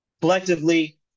collectively